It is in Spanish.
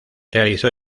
realizó